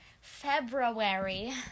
February